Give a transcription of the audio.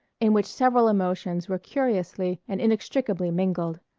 in which several emotions were curiously and inextricably mingled.